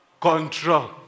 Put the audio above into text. control